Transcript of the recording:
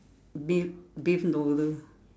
beef beef noodle